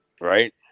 Right